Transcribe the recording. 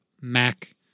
Mac